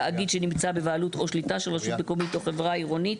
תאגיד שנמצא בבעלות או שליטה של רשות מקומית או חברה עירונית,